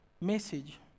message